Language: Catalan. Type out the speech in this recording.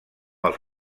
els